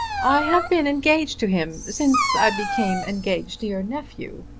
i have been engaged to him since i became engaged to your nephew.